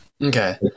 Okay